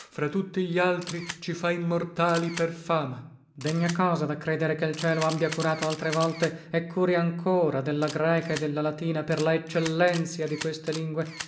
fra tutti glaltri ci fa immortali per fama laz degna cosa da credere che l cielo abbia curato altre volte e curi ancora della greca e della latina per la eccellenzia di queste lingue